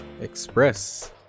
Express